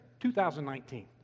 2019